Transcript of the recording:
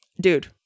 dude